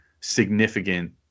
significant